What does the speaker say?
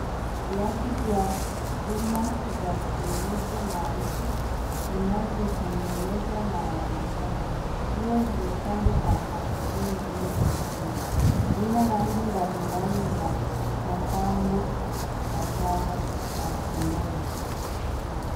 Viatu vya fuma vya kienyeji maarufu zinazo tengenezwa na maasaini, zikiwazimepangwa na mpangilio mzuri sokoni, zina rangi mbalimbali na mapambo ya kupendeza.